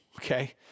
okay